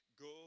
Go